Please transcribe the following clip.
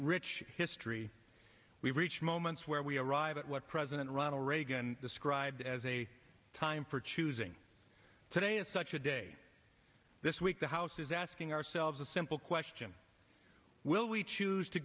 rich history we reach moments where we arrive at what president ronald reagan described as a time for choosing today is such a day this week the house is asking ourselves a simple question will we choose to